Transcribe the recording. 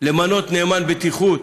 למנות נאמן בטיחות